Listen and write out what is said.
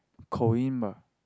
ah